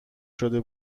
شده